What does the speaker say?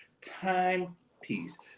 timepiece